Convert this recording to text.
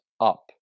up